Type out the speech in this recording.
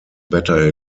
better